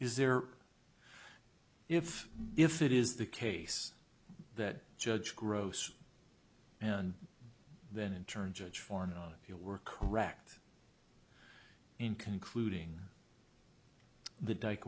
is there if if it is the case that judge gross and then in turn judge for not you were correct in concluding the dike